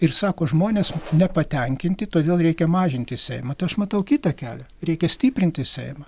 ir sako žmonės nepatenkinti todėl reikia mažinti seimą aš matau kitą kelią reikia stiprinti seimą